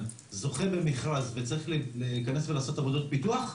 זוכה במכרז וצריך להיכנס ולעשות עבודות פיתוח,